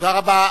תודה רבה.